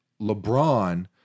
LeBron –